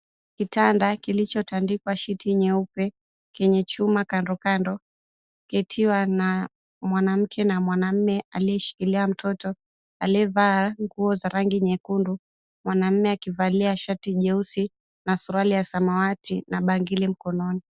Kitanda kilichotandikwa shiti nyeupe kenye chuma kando kando ketiwa na mwanamke na mwanamme aliyeshikilia mtoto aliyevaa nguo za rangi nyekundu, mwanaume akivalia shati jeusi na suruali ya samawati na bangili mkononi.